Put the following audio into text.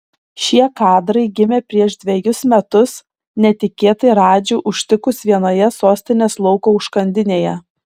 šie kadrai gimė prieš dvejus metus netikėtai radži užtikus vienoje sostinės lauko užkandinėje